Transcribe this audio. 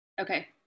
Okay